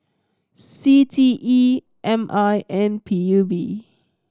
C T E M I and P U B